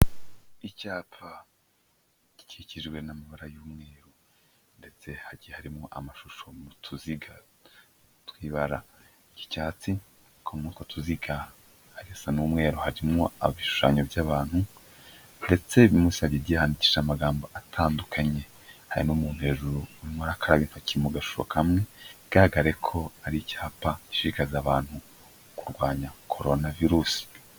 Icyapa gikikijwe n'amabara y'umweru ndetse hagi harimwo amashusho mu tuziga tw'ibara ry'icyatsi, n'uko muri utwo tuziga hasa n'umweru, harimwo ibishushanyo by'abantu ndetse munsi hagiye handikishije amagambo atandukanye harimo umuntu hejuru urimo urakaraba intoki mu gashusho kamwe, bigaragare ko ari icyapa gishishikariza abantu kurwanya corona virusi.